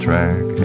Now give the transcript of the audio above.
Track